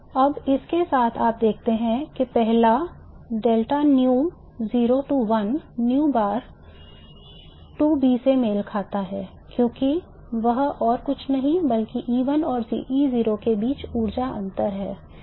अब इसके साथ आप देखते हैं कि पहला nu बार 2B से मेल खाता है क्योंकि वह और कुछ नहीं बल्कि E1 और E0 के बीच ऊर्जा अंतर है